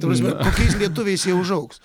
ta prasme kokiais lietuviais jie užaugs